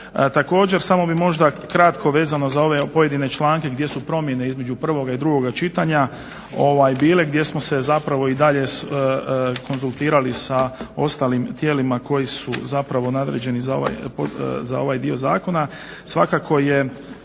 Također samo bih možda kratko vezano za ove pojedine članke gdje su promjene između prvog i drugog čitanja bile, gdje smo se zapravo i dalje konzultirali sa ostalim tijelima koji su zapravo nadređeni za ovaj dio zakona,